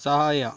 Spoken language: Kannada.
ಸಹಾಯ